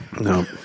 No